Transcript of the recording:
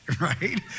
Right